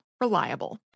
Reliable